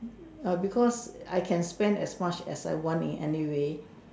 ah because I can spend as much as I want in any way